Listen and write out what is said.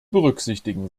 berücksichtigen